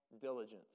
diligence